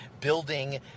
building